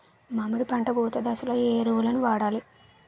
మామిడి పంట పూత దశలో ఏ ఎరువులను వాడాలి?